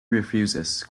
refuses